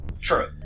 True